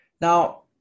Now